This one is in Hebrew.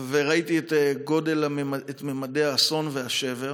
וראיתי את ממדי האסון והשבר.